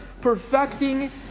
perfecting